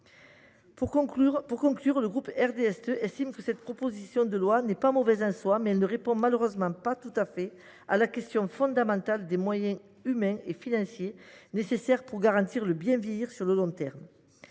Pour conclure, le groupe RDSE estime que cette proposition de loi, si elle n’est pas mauvaise en soi, ne répond malheureusement pas tout à fait à la question fondamentale des moyens humains et financiers nécessaires pour garantir le bien vieillir sur le long terme.